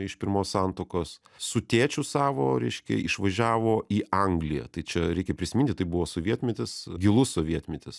iš pirmos santuokos su tėčiu savo reiškia išvažiavo į angliją tai čia reikia prisiminti tai buvo sovietmetis gilus sovietmetis